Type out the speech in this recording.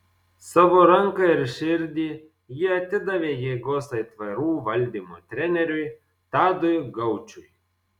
savo ranką ir širdį ji atidavė jėgos aitvarų valdymo treneriui tadui gaučui